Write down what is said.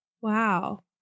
Wow